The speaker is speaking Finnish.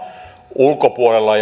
ulkopuolella